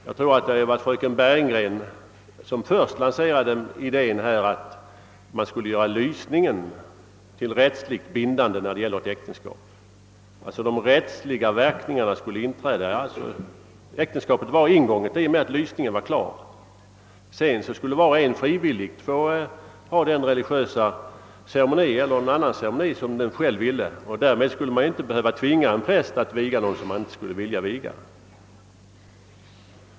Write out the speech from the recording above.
Jag tror att det var fröken Bergegren som först lanserade idén att man skulle göra lysningen till rättsligt bindande när det gäller äktenskap — äktenskapet skulle alltså vara ingånget i och med att lysningen var klar. Sedan skulle det stå var och en fritt att anordna den religiösa eller andra ceremoni som han själv ville. Därigenom skulle man inte behöva tvinga en präst att viga någon som han inte vill viga.